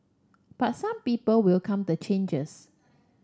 but some people welcome the changes